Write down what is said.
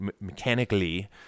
mechanically